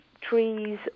trees